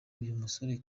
musore